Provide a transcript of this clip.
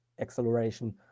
acceleration